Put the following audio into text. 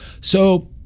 So-